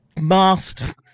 masked